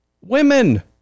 women